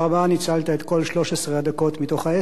ניצלת את כל 13 הדקות מתוך העשר.